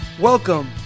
Welcome